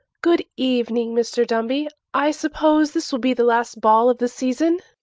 good evening, mr. dumby. i suppose this will be the last ball of the season?